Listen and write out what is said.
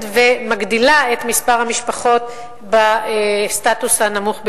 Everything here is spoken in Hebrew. ומגדילה את מספר המשפחות בסטטוס הנמוך ביותר,